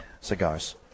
cigars